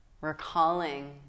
Recalling